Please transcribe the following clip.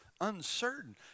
uncertain